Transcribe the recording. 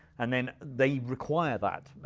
and then they require that,